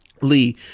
Lee